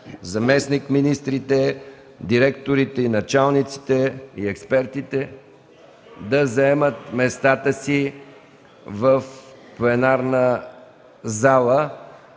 заместник-министрите, директорите, началниците и експертите да заемат местата си в пленарната зала.